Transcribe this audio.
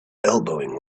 elbowing